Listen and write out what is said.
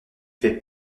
fait